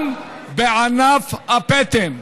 אלא גם בענף הפטם,